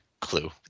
clue